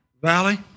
Valley